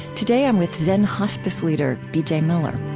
today, i'm with zen hospice leader b j. miller